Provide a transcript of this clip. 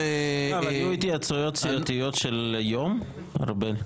אגב, היו התייעצויות סיעתיות של יום, ארבל?